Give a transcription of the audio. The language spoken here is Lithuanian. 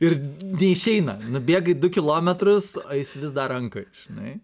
ir neišeina nubėgai du kilometrus o jis vis dar rankoj žinai